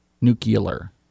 Nuclear